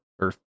earth